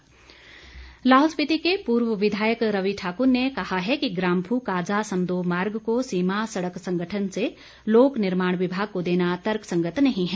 मार्ग लाहौल स्पिति के पूर्व विधायक रवि ठाकुर ने कहा है कि ग्राम्फु काजा समदो मार्ग को सीमा सड़क संगठन से लोक निर्माण विभाग को देना तर्कसंगत नहीं है